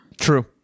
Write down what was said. True